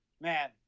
man